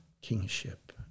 kingship